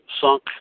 sunk